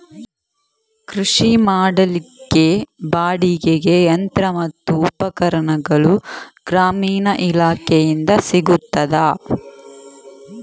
ಕೃಷಿ ಮಾಡಲಿಕ್ಕೆ ಬಾಡಿಗೆಗೆ ಯಂತ್ರ ಮತ್ತು ಉಪಕರಣಗಳು ಗ್ರಾಮೀಣ ಇಲಾಖೆಯಿಂದ ಸಿಗುತ್ತದಾ?